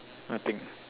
what thing